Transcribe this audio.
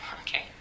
Okay